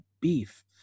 beef